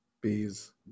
Bees